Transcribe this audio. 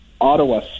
Ottawa